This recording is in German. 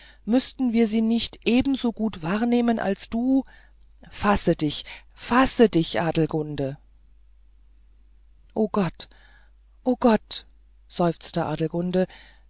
müßten wir sie nicht ebensogut wahrnehmen als du fasse dich fasse dich adelgunde o gott o gott seufzt